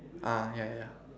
ah ya ya ya